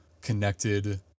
connected